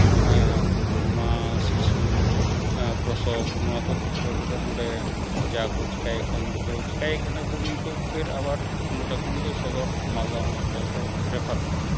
ᱢᱟ ᱥᱤᱥᱩ ᱯᱨᱚᱥᱚᱵᱽ ᱱᱚᱣᱟ ᱠᱚ ᱠᱷᱮᱛᱨᱮ ᱨᱮᱫᱚ ᱱᱚᱸᱰᱮ ᱡᱟᱠᱚ ᱪᱮᱠᱟᱭᱮᱫ ᱠᱟᱱ ᱫᱚᱠᱚ ᱪᱮᱠᱟᱭᱮᱫ ᱠᱟᱱᱟ ᱠᱤᱱᱛᱩ ᱯᱷᱮᱹᱨ ᱟᱵᱟᱨ ᱱᱚᱸᱰᱮ ᱠᱷᱚᱱ ᱫᱚ ᱥᱚᱫᱚᱨ ᱢᱟᱞᱫᱟ ᱦᱚᱸᱥᱯᱤᱴᱟᱞ ᱠᱚᱨᱮ ᱨᱮᱯᱷᱟᱨ ᱠᱚᱣᱟ